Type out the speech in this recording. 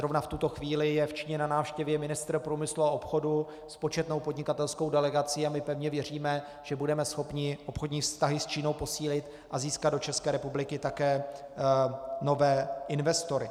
Zrovna v tuto chvíli je v Číně na návštěvě ministr průmyslu a obchodu s početnou podnikatelskou delegací a my pevně věříme, že budeme schopni obchodní vztahy s Čínou posílit a získat do České republiky také nové investory.